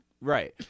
Right